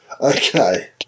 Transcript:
Okay